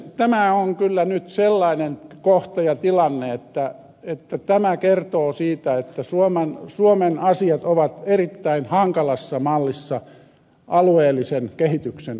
tämä on kyllä nyt sellainen kohta ja tilanne että tämä kertoo siitä että suomen asiat ovat erittäin hankalassa mallissa alueellisen kehityksen osalta